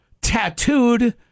Tattooed